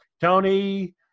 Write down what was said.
Tony